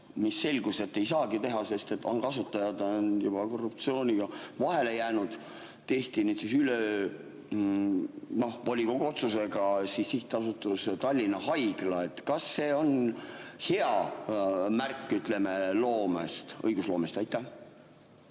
kui selgus, et ei saagi teha, sest kasutajad on juba korruptsiooniga vahele jäänud, tehti üleöö volikogu otsusega sihtasutus Tallinna Haigla. Kas see on hea märk, ütleme, õigusloomest? Tarmo